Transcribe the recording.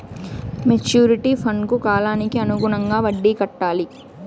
maturity ఫండ్కు కాలానికి అనుగుణంగా వడ్డీ కట్టాలి